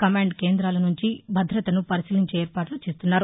command కేంద్రాల నుంచి భద్రతను పరిశీలించే ఏర్పాట్ల చేస్తున్నారు